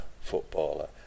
footballer